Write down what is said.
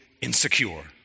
insecure